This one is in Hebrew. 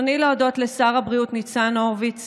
ברצוני להודות לשר הבריאות ניצן הורוביץ